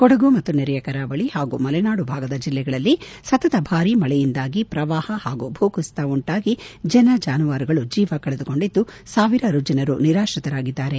ಕೊಡಗು ಮತ್ತು ನೆರೆಯ ಕರಾವಳ ಹಾಗೂ ಮಲೆನಾಡು ಭಾಗದ ಜಿಲ್ಲೆಗಳಲ್ಲಿ ಸತತ ಭಾರಿ ಮಳೆಯಿಂದಾಗಿ ಪ್ರವಾಹ ಮತ್ತು ಭೂ ಕುಸಿತ ಉಂಟಾಗಿ ಜನ ಜಾನುವಾರುಗಳು ಜೀವ ಕಳೆದುಕೊಂಡಿದ್ದು ಸಾವಿರಾರು ಜನರು ನಿರಾತ್ರಿತರಾಗಿದ್ದಾರೆ